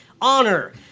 honor